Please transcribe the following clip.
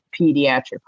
pediatric